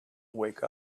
wake